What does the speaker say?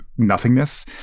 nothingness